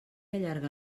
allarga